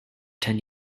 ten